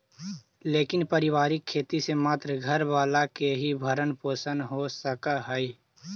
लेकिन पारिवारिक खेती से मात्र घर वाला के ही भरण पोषण हो सकऽ हई